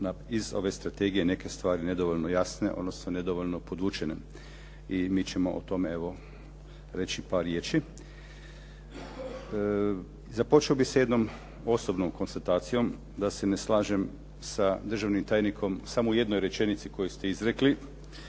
iz ove strategije neke stvari nedovoljno jasne, odnosno nedovoljno podvučene i mi ćemo o tome evo reći par riječi. Započeo bih sa jednom osobnom konstatacijom da se ne slažem sa državnim tajnikom samo u jednoj rečenici koju ste izrekli,